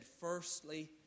firstly